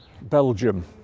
Belgium